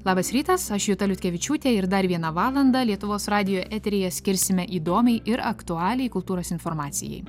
labas rytas aš juta liutkevičiūtė ir dar vieną valandą lietuvos radijo eteryje skirsime įdomiai ir aktualiai kultūros informacijai